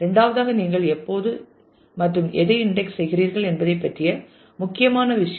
இரண்டாவதாக நீங்கள் எப்போது மற்றும் எதை இன்டெக்ஸ் செய்கிறீர்கள் என்பதை பற்றிய முக்கியமான விஷயம்